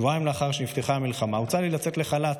שבועיים לאחר שנפתחה המלחמה הוצע לי לצאת לחל"ת